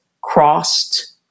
crossed